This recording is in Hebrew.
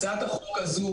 הצעת החוק הזו